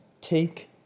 take